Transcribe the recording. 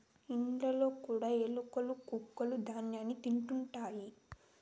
ఇండ్లలో కూడా ఎలుకలు కొక్కులూ ధ్యాన్యాన్ని తింటుంటాయి